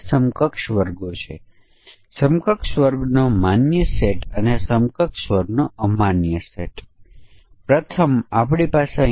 સમકક્ષ વર્ગ પરીક્ષણ પાછળનો વિચાર એ છે કે આપણે માની લઈએ છીએ કે એક વર્ગ માટેના કોઈપણ એક ઇનપુટની પ્રક્રિયા દરેક ઇનપુટને સમાન રીતે લાગુ થશે